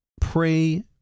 pray